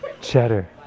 Cheddar